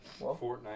Fortnite